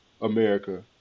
America